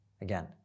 again